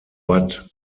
but